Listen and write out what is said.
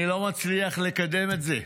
אני לא מצליח לקדם את זה.